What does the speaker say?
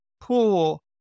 pool